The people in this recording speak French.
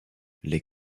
les